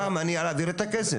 מה מונע מלהעביר את הכסף?